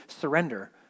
surrender